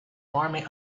army